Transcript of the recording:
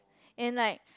and like